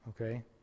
okay